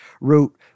wrote